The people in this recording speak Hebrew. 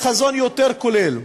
היא חזון יותר כולל,